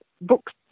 books